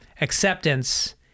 acceptance